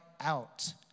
out